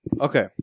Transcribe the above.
Okay